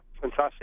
fantastic